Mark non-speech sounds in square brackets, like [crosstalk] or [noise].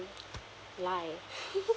lie [laughs]